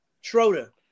Schroeder